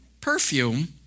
perfume